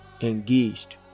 engaged